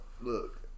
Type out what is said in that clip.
Look